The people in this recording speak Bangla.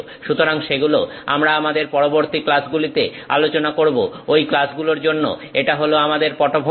সুতরাং সেগুলো আমরা আমাদের পরবর্তী ক্লাসগুলিতে আলোচনা করব ঐ ক্লাসগুলোর জন্য এটা হলো আমাদের পটভূমিকা